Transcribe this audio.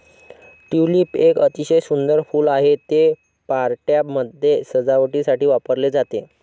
tulip एक अतिशय सुंदर फूल आहे, ते पार्ट्यांमध्ये सजावटीसाठी वापरले जाते